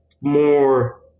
more